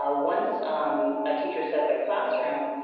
ah once um a teacher set their classroom,